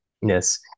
Yes